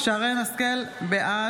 (קוראת בשמות חברי הכנסת) שרן השכל, בעד